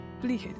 please